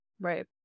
Right